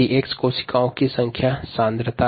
x कोशिका की संख्यात्मक सांद्रता है